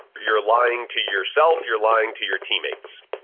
you're lying to yourself. you're lying to your teammates.